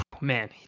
Man